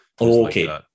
Okay